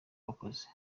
wakoze